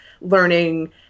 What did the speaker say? learning